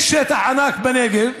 יש שטח ענק בנגב,